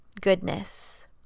goodness